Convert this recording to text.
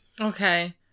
Okay